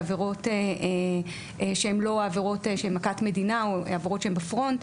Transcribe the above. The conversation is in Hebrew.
בעבירות שהן לא עבירות שהן מכת מדינה או עבירות שהן בפרונט,